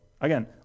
Again